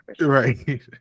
right